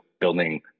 building